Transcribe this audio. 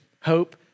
hope